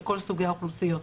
לכל סוגי האוכלוסיות.